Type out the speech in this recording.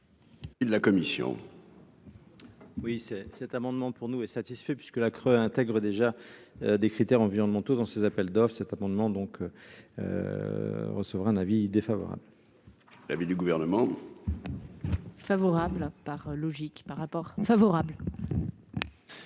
la commission. Oui, c'est cet amendement pour nous, est satisfait puisque la creux intègrent déjà des critères environnementaux dans ces appels d'offres, cet amendement donc recevra un avis défavorable. L'avis du gouvernement. Favorable par logique par rapport favorable.